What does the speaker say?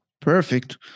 Perfect